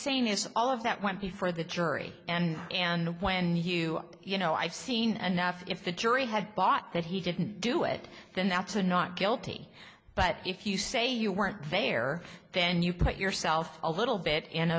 saying is all of that went before the jury and and when you you know i've seen enough if the jury had bought that he didn't do it then that's a not guilty but if you say you weren't there then you put yourself a little bit in